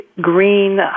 green